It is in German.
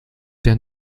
der